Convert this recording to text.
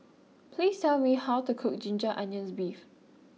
please tell me how to cook Ginger Onions Beef